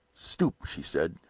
stoop, she said.